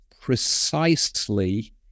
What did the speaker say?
precisely